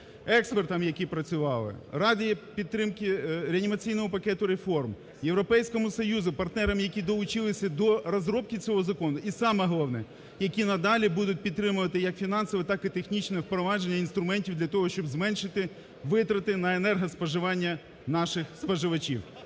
експертам, які працювали, Раді підтримки реанімаційного пакету реформ, Європейському Союзу, партнерам, які долучилися до розробки цього закону, і саме головне, які надалі будуть підтримувати як фінансово, так і технічно впровадження інструментів для того, щоб зменшити витрати на енергоспоживання наших споживачів.